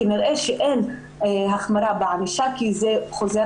כנראה שאין החמרה בענישה כי זה חוזר